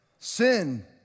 Sin